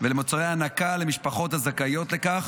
ולמוצרי הנקה למשפחות הזכאיות לכך